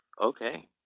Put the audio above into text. Okay